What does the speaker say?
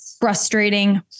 frustrating